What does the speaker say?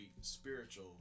spiritual